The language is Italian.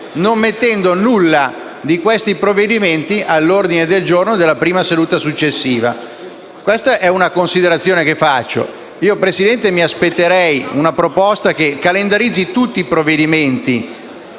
non inserendo nessuno di questi provvedimenti all'ordine del giorno della prima seduta successiva? Questa è la considerazione che svolgo. Io, signor Presidente, mi aspetterei una proposta che calendarizzi tutti i provvedimenti